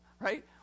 Right